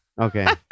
Okay